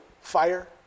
fire